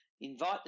invite